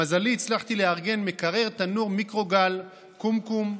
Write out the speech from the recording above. למזלי, הצלחתי לארגן מקרר, תנור, מיקרוגל, קומקום,